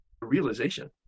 realization